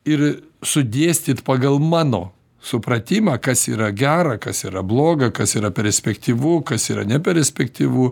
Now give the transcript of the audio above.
ir sudėstyt pagal mano supratimą kas yra gera kas yra bloga kas yra perspektyvu kas yra neperspektyvu